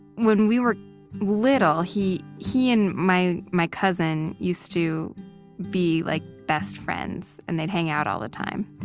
when we were little, he he and my my cousin used to be like best friends, and they'd hang out all the time.